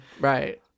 right